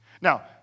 Now